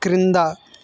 క్రింద